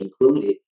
included